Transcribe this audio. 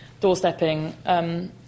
Doorstepping